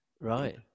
Right